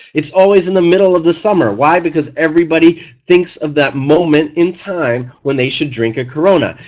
it's always in the middle of the summer why? because everybody thinks of that moment in time when they should drink a corona.